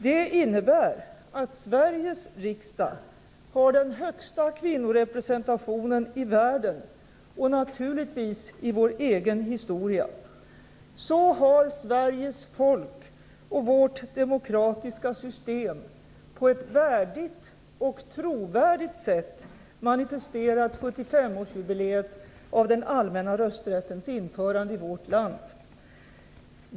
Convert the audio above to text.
Det innebär att Sveriges riksdag har den högsta kvinnorepresentationen i världen och naturligtvis i vår egen historia. Så har Sveriges folk och vårt demokratiska system på ett värdigt och trovärdigt sätt manifesterat 75-årsjubileet av den allmänna rösträttens införande i vårt land.